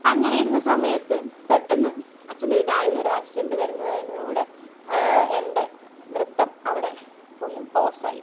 അങ്ങനെയിരുന്ന സമയത്ത് പെട്ടെന്ന് അച്ഛൻ്റെ ഒരു കാലിന് ഒരു ആക്സിഡൻ്റ് വരുന്നതിലൂടെ എൻ്റെ നൃത്തം അവിടെ ഒന്ന് പോസ് ആയി